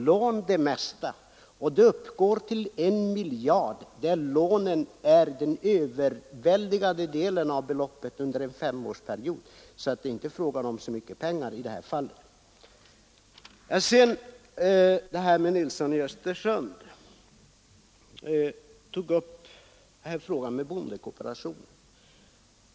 Av denna miljard utgör lånen under en femårsperiod den övervägande delen, och det är alltså i detta fall inte fråga om så mycket i utgifter. Herr Nilsson i Östersund tog upp frågan om bondekooperationen.